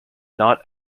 not